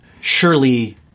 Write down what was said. surely